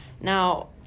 Now